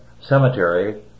cemetery